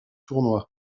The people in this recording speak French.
tournoi